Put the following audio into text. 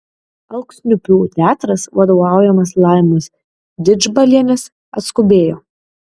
alksniupių teatras vadovaujamas laimos didžbalienės atskubėjo